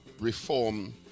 Reform